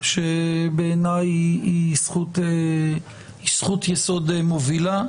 שבעיניי היא זכות יסוד מובילה,